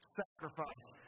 sacrifice